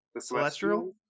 Celestial